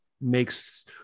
makes